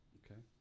okay